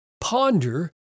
ponder